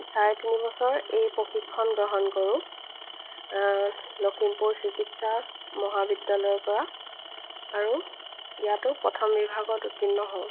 চাৰে তিনি বছৰ এই প্ৰশিক্ষণ গ্ৰহণ কৰোঁ লখিমপুৰ চিকিৎসা মহাবিদ্যালয়ৰ পৰা আৰু ইয়াতো প্ৰথম বিভাগত উত্তীৰ্ণ হওঁ